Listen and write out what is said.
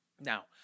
Now